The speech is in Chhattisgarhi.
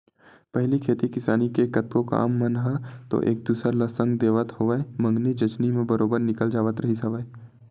पहिली खेती किसानी के कतको काम मन ह तो एक दूसर ल संग देवत होवय मंगनी जचनी म बरोबर निकल जावत रिहिस हवय